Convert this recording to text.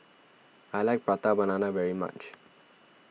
I like Prata Banana very much